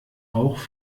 auch